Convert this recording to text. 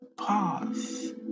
Pause